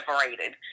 separated